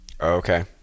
Okay